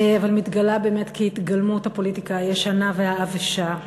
אבל מתגלה באמת כהתגלמות הפוליטיקה הישנה והעבשה.